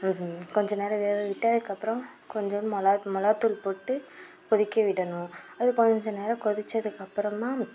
கொஞ்சம் நேரம் வேக விட்டால் அதுக்கப்பறம் கொஞ்சம் மொளா மொளா தூள் போட்டு கொதிக்க விடணும் அது கொஞ்ச நேரம் கொதிச்சதுக்கப்புறமா